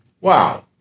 wow